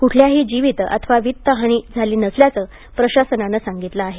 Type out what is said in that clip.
कुठल्याहा जिवीत अथवा वित्त हानी झाली नसल्याचं प्रशासनानं सागितलं आहे